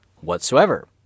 whatsoever